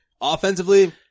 Offensively